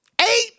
Eight